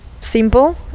simple